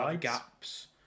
gaps